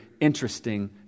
interesting